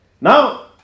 Now